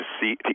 see